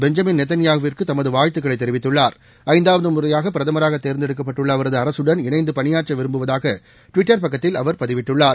Benjamin நேதன்யாகுவிற்குத் தமது வாழ்த்துக்களைத் தெரிவித்துள்ளார் ஐந்தாவது முறையாக பிரதமராகத் தேர்ந்தெடுக்கப்பட்டுள்ள அவரது அரசுடள் இணைந்து பணியாற்ற விரும்புவதாக ட்விட்டர் பக்கத்தில் அவர் பதிவிட்டுள்ளார்